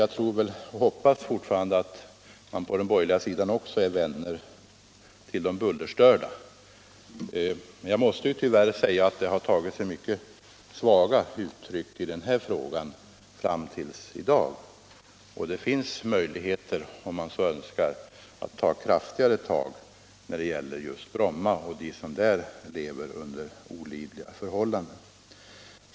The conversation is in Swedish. Jag tror och hoppas, herr Clarkson, att de borgerliga är vänner till de bullerstörda. Jag måste emellertid säga att det tyvärr fram till i dag har tagit sig mycket svaga uttryck. Det finns möjligheter att, om man så önskar, ta kraftigare tag för att hjälpa de människor som bor i Bromma under olidliga förhållanden.